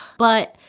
but,